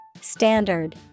Standard